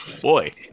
Boy